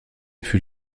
fut